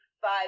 five